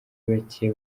bake